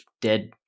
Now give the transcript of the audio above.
dead